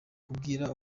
kubwira